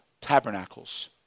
tabernacles